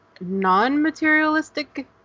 non-materialistic